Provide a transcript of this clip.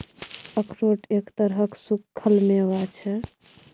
अखरोट एक तरहक सूक्खल मेवा छै